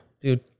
Dude